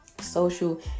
social